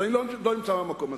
אז אני לא נמצא במקום הזה.